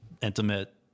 intimate